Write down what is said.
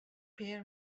pear